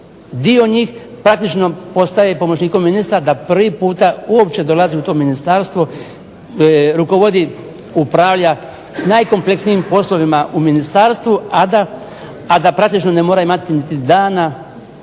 dio njih praktično postaje pomoćnikom ministra da prvi puta uopće dolazi u to ministarstvo, rukovodi, upravlja s najkompleksnijim poslovima u ministarstvu a da praktično ne mora imati niti dana